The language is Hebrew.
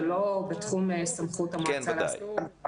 ולא בתחום סמכות המועצה להשכלה גבוהה,